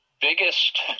biggest